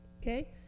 Okay